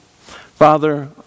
Father